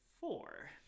four